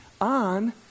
on